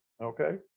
okay